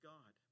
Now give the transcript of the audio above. God